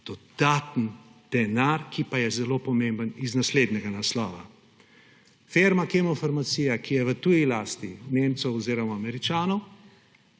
dodatni denar, ki pa je zelo pomemben iz naslednjega naslova. Firma Kemofarmacija, ki je v tuji lasti Nemcev oziroma Američanov,